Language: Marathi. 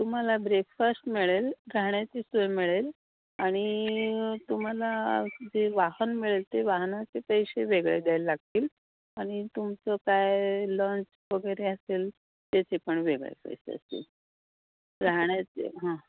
तुम्हाला ब्रेकफास्ट मिळेल राहण्याची सोय मिळेल आणि तुम्हाला जे वाहन मिळेल ते वाहनाचे पैसे वेगळे द्याय लागतील आणि तुमचं काय लन्च वगैरे असेल त्याचे पण वेगळे पैसे असतील राहण्याचे हां